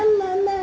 মা